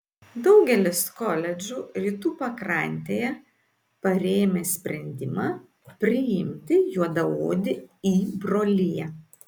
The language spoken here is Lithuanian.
daugelis koledžų rytų pakrantėje parėmė sprendimą priimti juodaodį į broliją